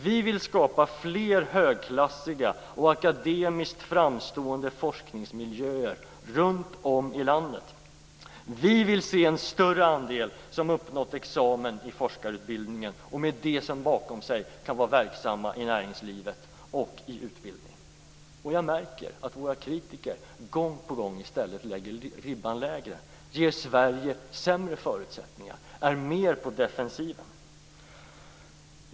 Vi vill skapa fler högklassiga och akademiskt framstående forskningsmiljöer runt om i landet. Vi vill se en större andel som uppnått examen i forskarutbildningen och med det bakom sig kan vara verksamma i näringslivet och i utbildning. Jag märker att våra kritiker gång på gång i stället lägger ribban lägre, ger Sverige sämre förutsättningar, är mer på defensiven.